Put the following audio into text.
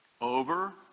over